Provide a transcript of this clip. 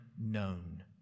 known